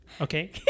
Okay